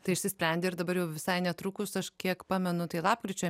tai išsisprendė ir dabar jau visai netrukus aš kiek pamenu tai lapkričio